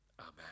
Amen